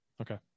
Okay